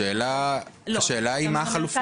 השאלה היא מה החלופה.